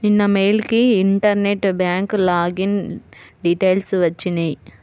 నిన్న మెయిల్ కి internet bank login details వచ్చినియ్యి